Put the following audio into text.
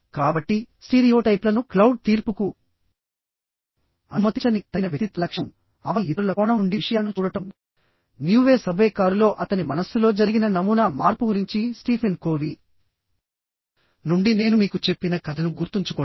కాబట్టి స్టీరియోటైప్లను క్లౌడ్ తీర్పుకు అనుమతించని తగిన వ్యక్తిత్వ లక్షణంఆపై ఇతరుల కోణం నుండి విషయాలను చూడటం న్యూవే సబ్వే కారులో అతని మనస్సులో జరిగిన నమూనా మార్పు గురించి స్టీఫెన్ కోవీ నుండి నేను మీకు చెప్పిన కథను గుర్తుంచుకోండి